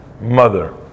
mother